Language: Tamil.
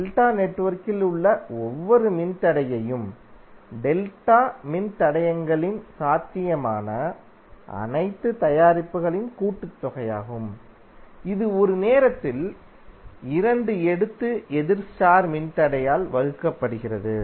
டெல்டா நெட்வொர்க்கில் உள்ள ஒவ்வொரு மின்தடையமும் டெல்டா மின்தடையங்களின் சாத்தியமான அனைத்து தயாரிப்புகளின் கூட்டுத்தொகையாகும் இது ஒரு நேரத்தில் 2 எடுத்து எதிர் ஸ்டார் மின்தடையால் வகுக்கப்படுகிறது